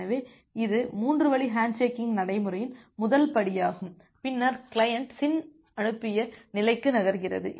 எனவே இது 3 வழி ஹேண்ட்ஷேக்கிங் நடைமுறையின் முதல் படியாகும் பின்னர் கிளையன்ட் SYN அனுப்பிய நிலைக்கு நகர்கிறது